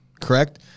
correct